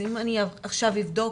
אז אם אני עכשיו אבדוק